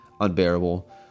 unbearable